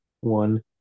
one